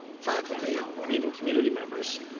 faculty and even community members,